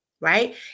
right